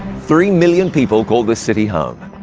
three million people call this city home.